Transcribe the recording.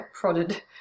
prodded